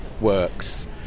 works